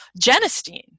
genistein